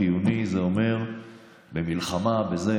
חיוני זה אומר במלחמה וכו',